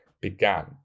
began